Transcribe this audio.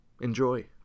enjoy